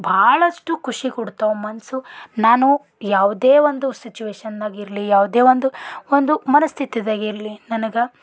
ಭಾಳಷ್ಟು ಖುಷಿ ಕೊಡ್ತಾವೆ ಮನಸ್ಸು ನಾನು ಯಾವುದೇ ಒಂದು ಸಿಚುವೇಷನ್ನಾಗಿರಲಿ ಯಾವುದೇ ಒಂದು ಒಂದು ಮನಸ್ಥಿತಿದಾಗ ಇರಲಿ ನನಗೆ